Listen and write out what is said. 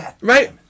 right